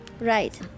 Right